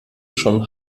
schon